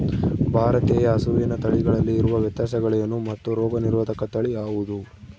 ಭಾರತೇಯ ಹಸುವಿನ ತಳಿಗಳಲ್ಲಿ ಇರುವ ವ್ಯತ್ಯಾಸಗಳೇನು ಮತ್ತು ರೋಗನಿರೋಧಕ ತಳಿ ಯಾವುದು?